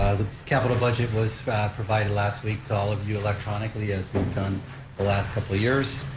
the capital budget was provided last week to all of you electronically as been done the last couple years,